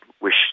wish